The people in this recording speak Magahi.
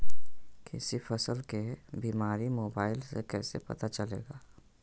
किसी फसल के बीमारी मोबाइल से कैसे पता चलेगा?